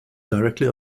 directly